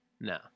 No